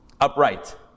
upright